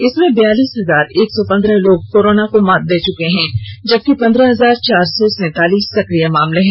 इसमें बयालीस हजार एक सौ पंद्रह लोग कोरोना को मात दे चुके हैं जबकि पन्द्रह हजार चार सै सैंतालीस सक्रिय मामले हैं